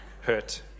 hurt